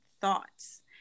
thoughts